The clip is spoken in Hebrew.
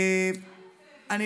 מה יפה,